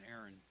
Aaron